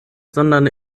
sondern